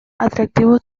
atractivo